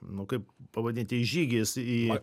nu kaip pavadinti žygis į